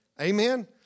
Amen